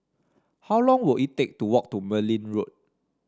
how long will it take to walk to Merryn Road